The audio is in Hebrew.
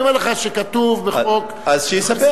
אני אומר לך שכתוב בחוק, אז שיספח.